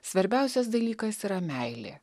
svarbiausias dalykas yra meilė